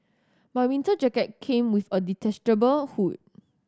my winter jacket came with a detachable hood